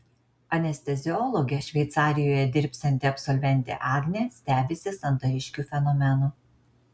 anesteziologe šveicarijoje dirbsianti absolventė agnė stebisi santariškių fenomenu